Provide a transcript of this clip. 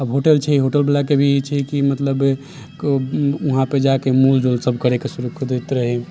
अब होटल छै होटलबालाके भी ई छै कि मतलब वहाँ पे जाके मोल जोल सब करैके शुरू कऽ दैत रहै